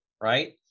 right